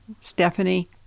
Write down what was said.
Stephanie